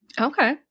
Okay